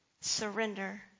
surrender